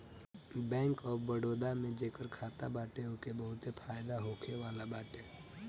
bank of Baroda में जेकर खाता बाटे ओके बहुते फायदा होखेवाला बाटे